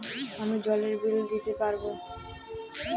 আমি জলের বিল দিতে পারবো?